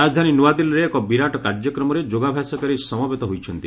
ରାଜଧାନୀ ନୁଆଦିଲ୍ଲୀରେ ଏକ ବିରାଟ କାର୍ଯ୍ୟକ୍ରମରେ ଯୋଗାଭ୍ୟାସକାରୀ ସମବେତ ହୋଇଛନ୍ତି